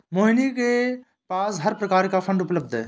मोहिनी के पास हर प्रकार की फ़ंड उपलब्ध है